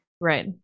Right